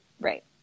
right